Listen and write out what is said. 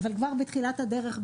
אבל כבר בתחילת הדרך,